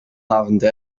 lavender